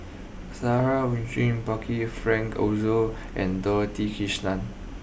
Sarah Winstedt Percival Frank Aroozoo and Dorothy Krishnan